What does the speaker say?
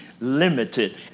limited